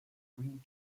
green